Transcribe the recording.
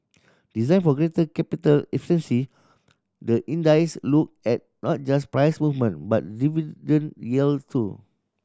designed for greater capital efficiency the look at not just price movement but dividend yield too